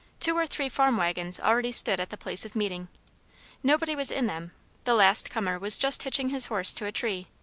two or three farm waggons already stood at the place of meeting nobody was in them the last comer was just hitching his horse to a tree.